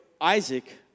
Isaac